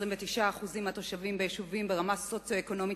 29% מהתושבים ביישובים ברמה סוציו-אקונומית